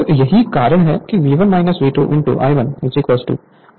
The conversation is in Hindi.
तो यही कारण है कि यह V1 V2 I1 I2 I1 V2 है